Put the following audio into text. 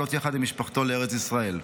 מיהודי תימן לעלות יחד עם משפחתו לארץ ישראל.